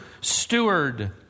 steward